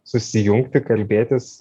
susijungti kalbėtis